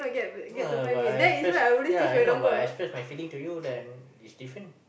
uh but I express ya I know but I express my feeling to you that is different